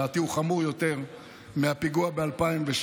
ולדעתי הוא חמור יותר מהפיגוע ב-2006,